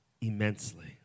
immensely